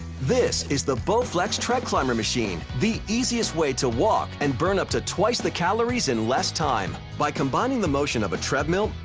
this is the bowflex treadclimber machine, machine, the easiest way to walk and burn up to twice the calories in less time. by combining the motion of a treadmill,